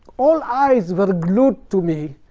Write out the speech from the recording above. all eyes were glued to me.